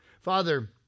Father